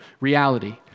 reality